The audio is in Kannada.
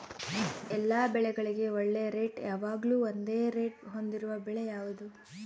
ಎಲ್ಲ ಬೆಳೆಗಳಿಗೆ ಒಳ್ಳೆ ರೇಟ್ ಯಾವಾಗ್ಲೂ ಒಂದೇ ರೇಟ್ ಹೊಂದಿರುವ ಬೆಳೆ ಯಾವುದು?